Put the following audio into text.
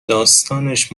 داستانش